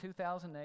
2008